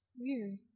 Weird